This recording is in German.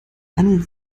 handeln